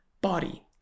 body